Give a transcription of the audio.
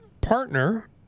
partner